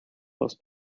loss